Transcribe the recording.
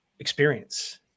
Experience